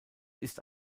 ist